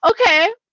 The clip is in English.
okay